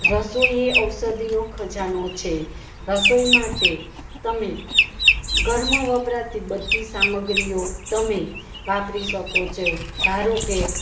રસોઈ એ ઔષધિનો ખજાનો છે રસોઈ માટે તમે ઘરમાં વપરાતી બધી સામગ્રીઓ તમે વાપરી શકો છો ધારો કે